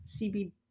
cb